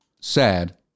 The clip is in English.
sad